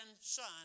son